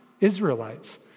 Israelites